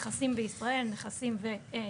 בישראל, נכסים וכספים.